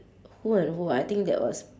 who and who ah I think that was